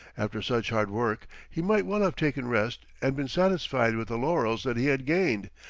after such hard work he might well have taken rest and been satisfied with the laurels that he had gained,